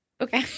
Okay